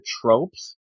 tropes